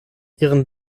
ihren